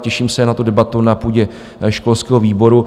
Těším se na debatu na půdě školského výboru.